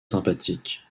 sympathiques